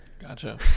Gotcha